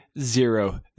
Zero